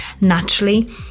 naturally